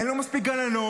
אין לו מספיק גננות,